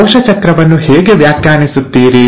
ಈಗ ನೀವು ಕೋಶ ಚಕ್ರವನ್ನು ಹೇಗೆ ವ್ಯಾಖ್ಯಾನಿಸುತ್ತೀರಿ